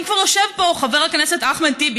אם כבר יושב פה חבר הכנסת אחמד טיבי,